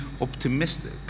optimistic